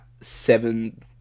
seven